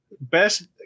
Best